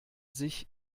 sich